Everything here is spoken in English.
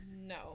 No